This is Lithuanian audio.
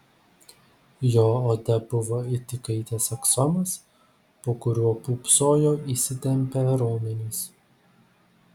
jo oda buvo it įkaitęs aksomas po kuriuo pūpsojo įsitempę raumenys